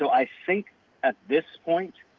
so i think at this point,